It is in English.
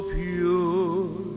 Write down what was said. pure